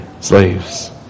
slaves